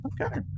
Okay